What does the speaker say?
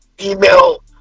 email